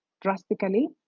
drastically